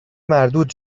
مردود